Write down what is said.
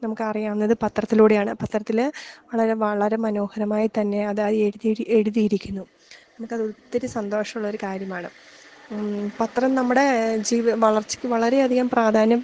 നമുക്ക് അറിയാം എന്നത് പത്രത്തിലൂടെയാണ് പത്രത്തിൽ വളരെ വളരെ മനോഹരമായി തന്നെ അതായി എഴുതിയിരിക്കും എഴുതിയിരിക്കുന്നു നമുക്ക് അത് ഒത്തിരി സന്തോഷം ഉള്ളൊരു കാര്യമാണ് പത്രം നമ്മുടെ ജീവിത വളർച്ചക്ക് വളരെ അധികം പ്രാധാന്യം